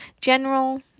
general